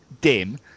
dim